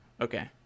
Okay